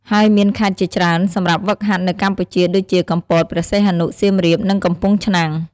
ហើយមានខេត្តជាច្រើនសម្រាប់ហ្វឹកហាត់នៅកម្ពុជាដូចជា កំពត ព្រះសីហនុ សៀមរាប និងកំពង់ឆ្នាំង។